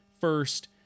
first